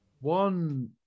One